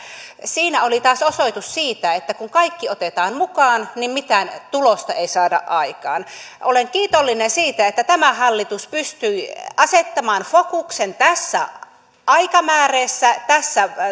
siinä oli taas osoitus siitä että kun kaikki otetaan mukaan niin mitään tulosta ei saada aikaan olen kiitollinen siitä että tämä hallitus pystyi asettamaan fokuksen tässä aikamääreessä tässä